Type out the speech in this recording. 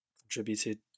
Contributed